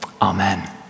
Amen